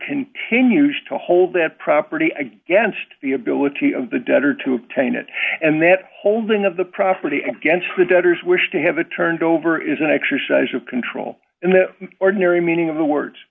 continues to hold that property against the ability of the debtor to obtain it and that holding of the property against the debtors wish to have a turned over is an exercise of control in the ordinary meaning of the words